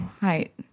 height